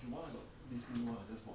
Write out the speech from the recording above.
if you want I got this new one I just bought